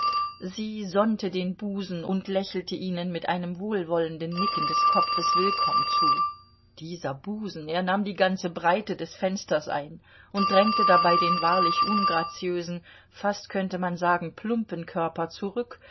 sie sonnte den busen und lächelte ihnen mit einem wohlwollenden nicken des kopfes willkomm zu dieser busen er nahm die ganze breite des fensters ein und drängte dabei den wahrlich ungraziösen fast könnte man sagen plumpen körper zurück